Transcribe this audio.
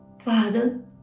Father